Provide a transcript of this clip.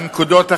והנקודות החשובות,